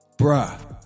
bruh